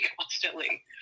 constantly